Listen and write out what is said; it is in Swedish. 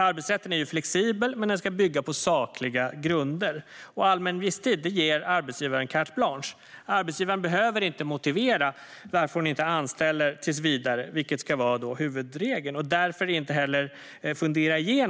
Arbetsrätten är flexibel, men den ska bygga på sakliga grunder. Allmän visstid ger arbetsgivaren carte blanche. Arbetsgivaren behöver inte motivera varför man inte anställer tills vidare, vilket ska vara huvudregeln, och därför behöver man inte heller fundera